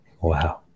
Wow